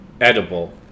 edible